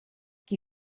qui